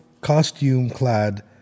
costume-clad